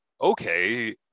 Okay